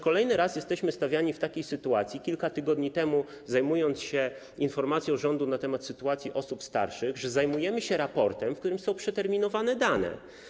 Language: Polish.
Kolejny raz jesteśmy stawiani w takiej sytuacji, jak kilka tygodni temu, kiedy zajmowaliśmy się informacją rządu na temat sytuacji osób starszych, że zajmujemy się raportem, w którym są przeterminowane dane.